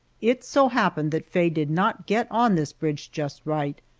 it so happened that faye did not get on this bridge just right,